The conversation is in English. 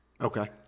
Okay